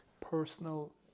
Personal